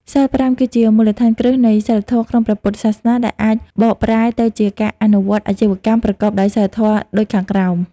សីល៥ គឺជាមូលដ្ឋានគ្រឹះនៃសីលធម៌ក្នុងព្រះពុទ្ធសាសនា ដែលអាចបកប្រែទៅជាការអនុវត្តអាជីវកម្មប្រកបដោយសីលធម៌ដូចខាងក្រោម